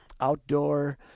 outdoor